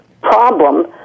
problem